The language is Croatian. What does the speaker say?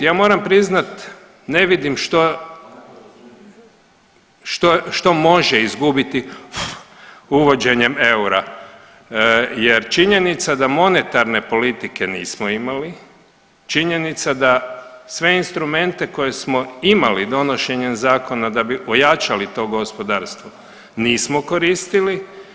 Ja moram priznati ne vidim što, što može izgubiti uvođenjem eura jer činjenica da monetarne politike nismo imali, činjenica da sve instrumente koje smo imali donošenjem zakona da bi ojačali to gospodarstvo nismo koristili.